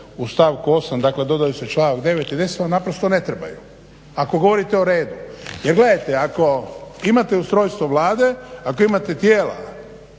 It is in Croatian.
u stavku 8, dakle dodaju se članak 9 i 10. Ovo naprosto ne trebaju, ako govorite o redu jer gledajte ako imate ustrojstvo Vlade, ako imate tijela